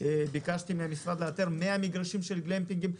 של 20%. ביקשתי מהמשרד לאתר 100 מגרשים של גלמפינגים.